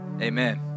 amen